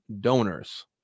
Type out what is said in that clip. donors